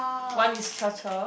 one is